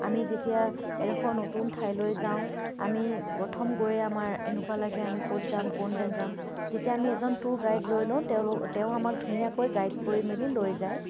আমি যেতিয়া এডোখৰ নতুন ঠাইলৈ যাওঁ আমি প্ৰথম গৈয়ে আমাৰ এনেকুৱা লাগে আমি ক'ত যাম কোন দেন যাম যেতিয়া আমি এজন টুৰ গাইড লৈ লওঁ তেওঁলো তেওঁ আমাক ধুনীয়াকৈ গাইড কৰি মেলি লৈ যায়